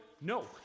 No